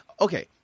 Okay